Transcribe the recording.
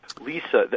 Lisa